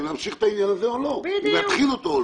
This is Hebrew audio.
כמה ניצלו.